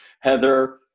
Heather